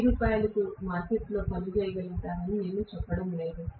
1000 కు మార్కెట్లో కొనుగోలు చేయగలుగుతారని నేను చెప్పడం లేదు